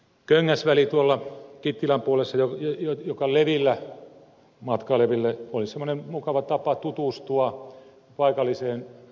esimerkkinä tepastoköngäs väli kittilän puolessa joka levillä matkaileville olisi semmoinen mukava tapa tutustua paikalliseen kyläelämään